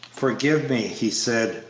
forgive me! he said,